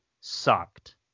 sucked